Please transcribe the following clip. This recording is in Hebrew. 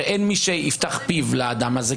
הרי אין מי שיפתח פיו לאדם הזה,